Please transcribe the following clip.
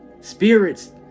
Spirit's